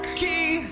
key